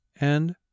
And